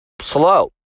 slow